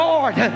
Lord